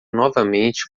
novamente